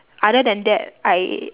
other than that I